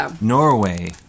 Norway